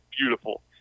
beautiful